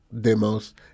demos